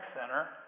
center